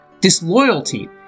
disloyalty